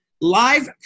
live